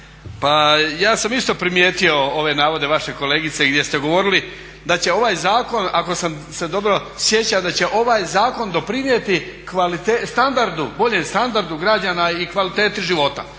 Pa ja sam isto primijetio ove navode vaše kolegice gdje ste govorili da će ovaj zakon ako sam se dobro sjećao, da će ovaj zakon doprinijeti standardu, boljem standardu građana i kvaliteti života